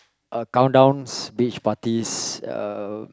a countdowns beach parties uh